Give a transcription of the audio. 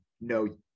no